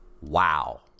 wow